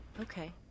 Okay